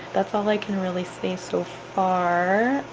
that's all i can really say so far,